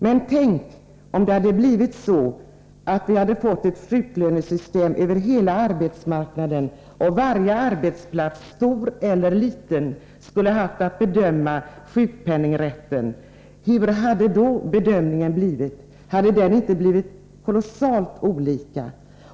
Men tänk om vi hade fått ett sjuklönesystem över hela arbetsmarknaden och varje arbetsplats, stor eller liten, skulle haft att bedöma sjukpenningrätten, hur hade då bedömningarna blivit? Hade de inte blivit kolossalt olikartade?